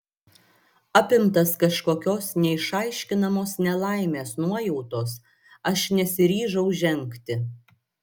apimtas kažkokios neišaiškinamos nelaimės nuojautos aš nesiryžau žengti